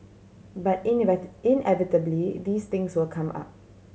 but inevitably these things will come up